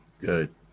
Good